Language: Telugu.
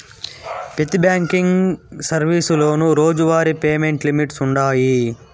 పెతి బ్యాంకింగ్ సర్వీసులోనూ రోజువారీ పేమెంట్ లిమిట్స్ వుండాయి